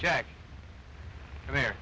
jack there